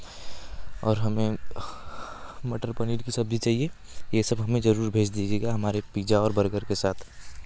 और हमें मटर पनीर की सब्ज़ी चाहिए यह सब हमें ज़रूर भेज दीजिएगा हमारे पिज़्ज़ा और बर्गर के साथ